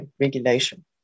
regulation